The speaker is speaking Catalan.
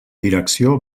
direcció